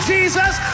Jesus